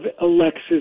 Alexis